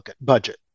Budget